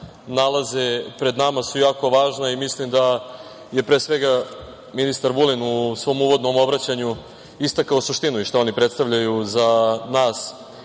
nalaze pred nama su jako važna i mislim da je pre svega ministar Vulin u svom uvodnom obraćanju istakao suštinu i šta oni predstavljaju za nas